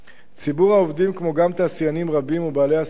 ציבור העובדים, כמו גם תעשיינים רבים ובעלי עסקים,